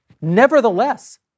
Nevertheless